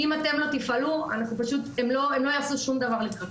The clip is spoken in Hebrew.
אם אתם לא תפעלו, הם לא יעשו שום דבר לקראתנו.